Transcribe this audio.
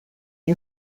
you